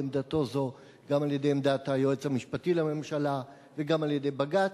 בעמדתו זו גם על-ידי עמדת היועץ המשפטי לממשלה וגם על-ידי בג"ץ,